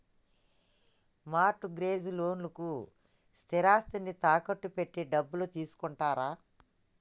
mart gauge లోన్లకు స్థిరాస్తిని తాకట్టు పెట్టి డబ్బు తీసుకుంటారు